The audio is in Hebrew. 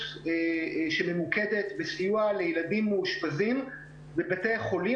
שממוקדת בסיוע לילדים מאושפזים בבתי חולים,